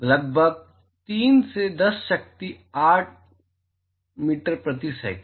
लगभग 3 से 10 शक्ति 8 मीटर प्रति सेकंड